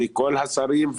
לכל השרים,